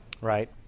right